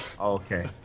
Okay